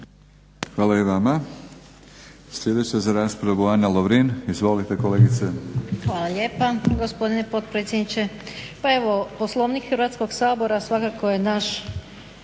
Hvala i vama. Sljedeća za raspravu Ana Lovrin. Izvolite kolegice. **Lovrin, Ana (HDZ)** Hvala lijepa gospodine potpredsjedniče. Pa evo Poslovnik Hrvatskog sabora svakako je naš